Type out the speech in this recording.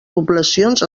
poblacions